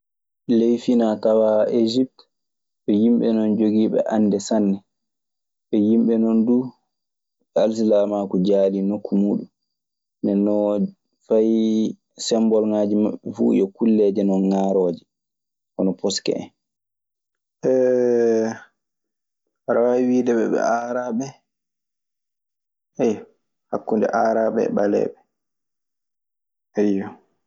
Ley finaa tawaa esipt, ɓe yimɓe non jogiiɓe annde sanne. Ɓe yimɓe non duu alsilaamaaku jaali nokku muuɗun. Nden non fay sembolŋaaji maɓɓe fuu yo kulleeje non ŋaarooje, hono poske en. aɗa waawi wiideɓe ɓe aaraaɓe, ayo hakkuɗe aaraaɓe e ɓaleeɓe. Ayyo.